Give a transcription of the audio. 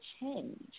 change